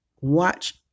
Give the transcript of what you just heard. Watch